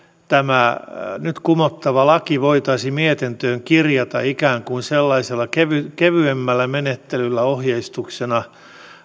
tämä nyt kumottava laki voitaisiin mietintöön kirjata ikään kuin sellaisella kevyemmällä kevyemmällä menettelyllä ohjeistuksena